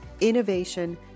innovation